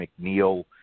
McNeil